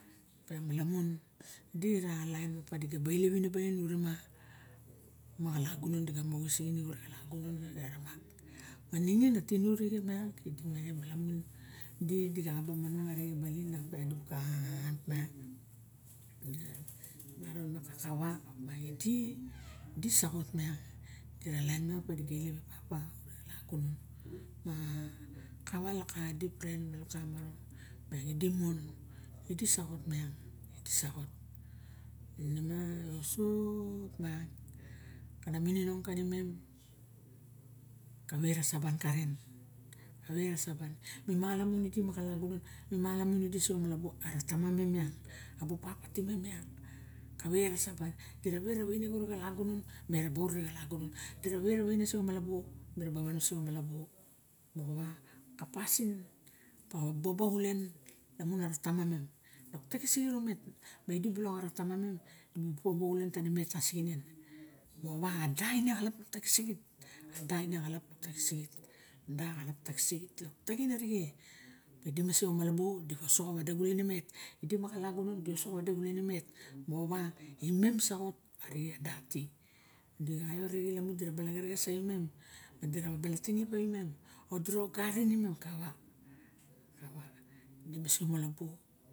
Opo nia lamun idi na lain opa diga ba ilep baling urema ma xa la gunon diga ma oxising auna maningin tunu rixe miang mu lamun di dixa ba manong arixe baling iak ma ara axan miaang kawa ma idi disaxot miang gura lain meang gut diga ilep e papa ure xa lagunon ma kawa lok ka dipren ma lok ka maro opiang ide mon ide soxot imang ide saxot inema eso opa kana mininong kanimen kave ru savar karen mi malamun isiso xamala buo ara tamamenm miang abu papa timen miang kawe ra saban dira wera waine se xamalabo mira ba wan use kamalubuo opa ka pasin moxo bobo xulas tanimet tasixinen moxowa ine a da axap taxisixit lok taxin arice idi se xamalabuo diosox wade xulen idet moxowa inem saxot arixe ada ti di xaiot arixw dira bala xerexes savimem ma dira ka bala tinip tawimem dira ogarin imem kawa kawa